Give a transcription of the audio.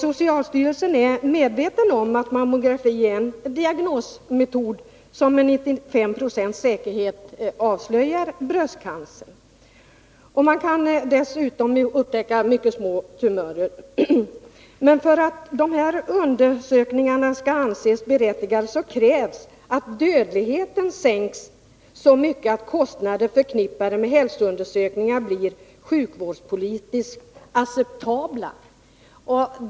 Socialstyrelsen är medveten om att mammografi är en diagnosmetod som med 95 20 säkerhet avslöjar bröstcancer. Man kan dessutom upptäcka mycket små tumörer. Men för att ”sådana undersökningar skall anses berättigade krävs att dödlighet i bröstcancer sänkes så mycket att kostnader förknippade med hälsoundersökningar blir sjukvårdspolitiskt acceptabla”.